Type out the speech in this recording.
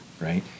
right